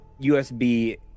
USB